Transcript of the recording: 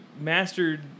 mastered